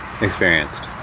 experienced